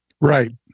Right